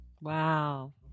Wow